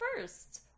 first